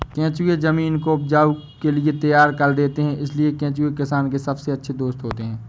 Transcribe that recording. केंचुए जमीन को उपज के लिए तैयार कर देते हैं इसलिए केंचुए किसान के सबसे अच्छे दोस्त होते हैं